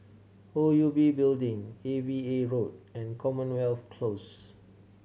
O U B Building A V A Road and Commonwealth Close